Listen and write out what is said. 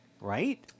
Right